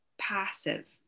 passive